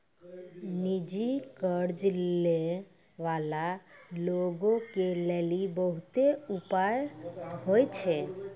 निजी कर्ज लै बाला लोगो के लेली बहुते उपाय होय छै